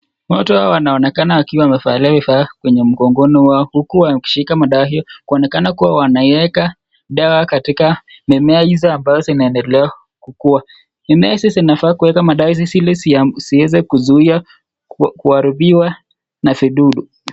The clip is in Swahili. Watu hawa wanaonekana wakiwa wamevalia vifaa kwenye mgongoni wao, huku wakishika madawa hizi kuonekana kuwa wanaeka dawa katika mimea hizi ambayo zinaendelea kukuwa. Mimea hizi zinafaa kuweka madawa hizi ili zieze kuzuiya kuharibiwa na vidudu.